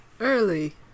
early